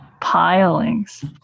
Pilings